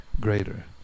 greater